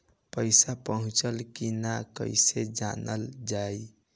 पैसा पहुचल की न कैसे जानल जाइ?